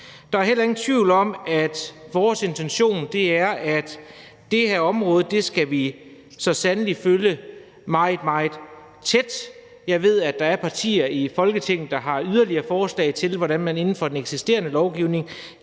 Der er heller ingen tvivl om, at vores intention er, at vi så sandelig skal følge det her område meget, meget tæt. Jeg ved, at der er partier i Folketinget, der har yderligere forslag til, hvordan man inden for den eksisterende lovgivning